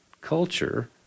culture